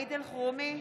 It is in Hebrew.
סעיד אלחרומי,